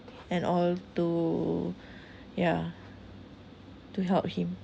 and all to yeah to help him